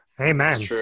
Amen